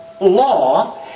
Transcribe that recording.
law